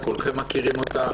כולכם מכירים אותה,